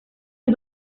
you